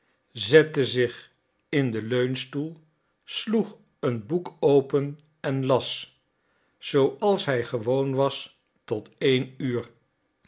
zette zich in den leunstoel sloeg een boek open en las zooals hij gewoon was tot één uur